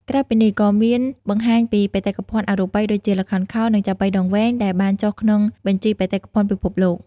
ក្រៅពីនេះ ក៏មានបង្ហាញពីបេតិកភណ្ឌអរូបីដូចជា ល្ខោនខោល និងចាប៉ីដងវែង ដែលបានចុះក្នុងបញ្ជីបេតិកភណ្ឌពិភពលោក។